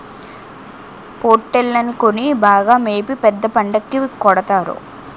పోట్టేల్లని కొని బాగా మేపి పెద్ద పండక్కి కొడతారు